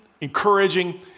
encouraging